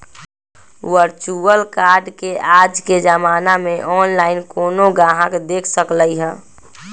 virtual card के आज के जमाना में ऑनलाइन कोनो गाहक देख सकलई ह